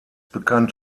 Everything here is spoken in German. bekannt